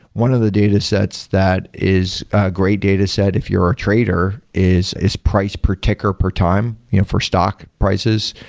one of the data sets that is a great dataset if you're a trader is is price per ticker per time you know for stock prices.